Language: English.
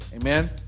Amen